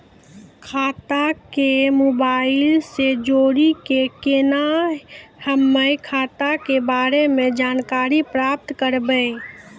खाता के मोबाइल से जोड़ी के केना हम्मय खाता के बारे मे जानकारी प्राप्त करबे?